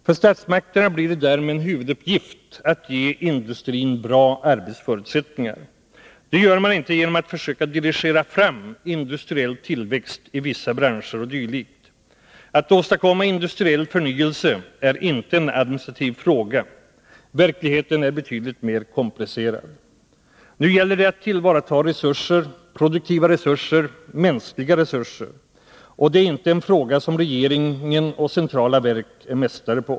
För statsmakterna blir det därmed en huvuduppgift att ge industrin bra arbetsförutsättningar. Det gör man inte genom att försöka dirigera fram ”industriell tillväxt” i vissa branscher o. d. Att åstadkomma industriell förnyelse är inte en administrativ fråga. Verkligheten är betydligt mer komplicerad. Nu gäller det att tillvarata resurser, produktiva resurser, mänskliga resurser. Och det är inte en fråga som regeringen och centrala verk är mästare på.